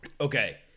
Okay